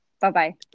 Bye-bye